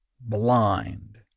blind